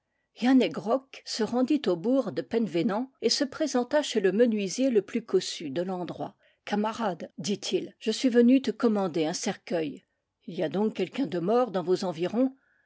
se rendit au bourg de penvénan et se présenta chez le menui sier le plus cossu de l'endroit camarade dit-il je suis venu te commander un cercueil y a donc quelqu'un de mort dans vos environs